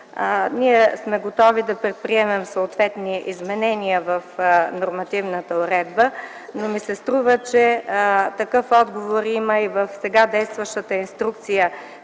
Ние сме готови да предприемем съответни изменения в нормативната уредба, но ми се струва, че такъв отговор има и в сега действащата Инструкция